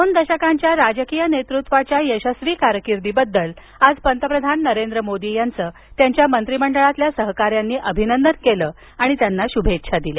दोन दशकांच्या राजकीय नेतृत्वाच्या यशस्वी कारकिर्दीबद्दल आज पंतप्रधान नरेंद्र मोदी यांचं त्यांच्या मंत्रिमंडळातील सहकाऱ्यांनी अभिनंदन केलं आणि त्यांना शुभेच्छा दिल्या